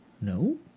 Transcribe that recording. No